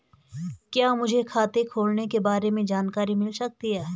क्या मुझे खाते खोलने के बारे में जानकारी मिल सकती है?